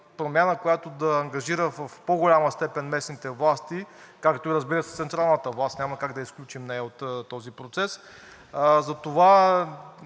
промяна, която да ангажира в по-голяма степен местните власти, както, разбира се, и централната власт – няма как да я изключим от този процес. Затова